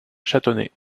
chantonnay